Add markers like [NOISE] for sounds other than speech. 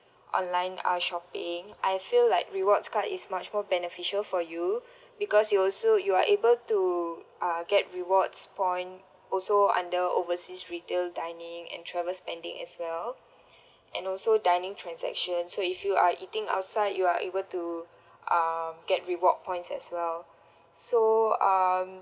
online uh shopping I feel like rewards card is much more beneficial for you [BREATH] because you also you are able to uh get rewards point also under overseas retail dining and travel spending as well [BREATH] and also dining transaction so if you are eating outside you are able to um get reward points as well so um